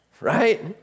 right